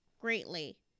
greatly